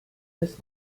ist